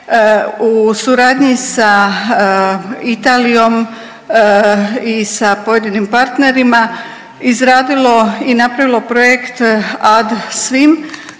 u suradnji sa Italijom i sa pojedinim partnerima izradilo i napravilo projekt AdSWiM